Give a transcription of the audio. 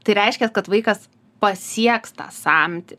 tai reiškia kad vaikas pasieks tą samtį